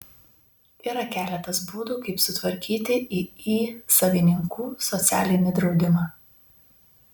yra keletas būdų kaip sutvarkyti iį savininkų socialinį draudimą